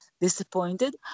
Disappointed